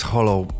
Hollow